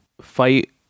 fight